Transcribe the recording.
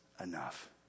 enough